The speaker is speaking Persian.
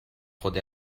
خود